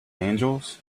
angels